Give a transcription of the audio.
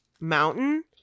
mountain